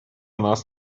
нас